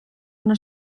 una